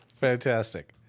fantastic